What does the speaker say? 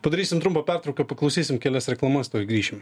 padarysim trumpą pertrauką paklausysim kelias reklamas tuoj grįšim